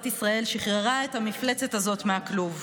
ישראל שחררה את המפלצת הזאת מהכלוב,